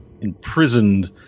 imprisoned